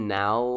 now